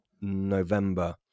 November